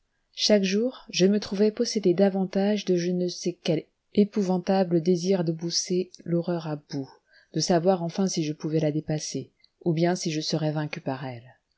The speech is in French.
chaque jour je me trouvais possédé davantage de je ne sais quel épouvantable désir de pousser l'horreur à bout de savoir enfin si je pouvais la dépasser ou bien si je serais vaincu par elle